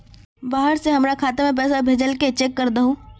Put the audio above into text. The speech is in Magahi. बाहर से हमरा खाता में पैसा भेजलके चेक कर दहु?